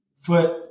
foot